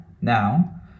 now